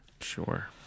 Sure